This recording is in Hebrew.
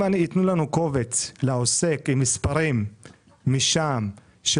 אם ייתנו לנו קובץ לעוסק עם מספרים משם של